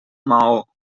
maó